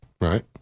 right